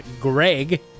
greg